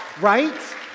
Right